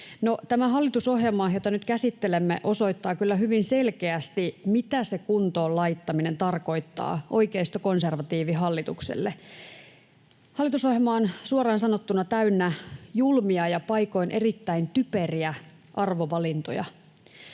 hallitusohjelma, jota nyt käsittelemme, osoittaa kyllä hyvin selkeästi, mitä se kuntoon laittaminen tarkoittaa oikeistokonservatiivihallitukselle. Hallitusohjelma on suoraan sanottuna täynnä julmia ja paikoin erittäin typeriä arvovalintoja.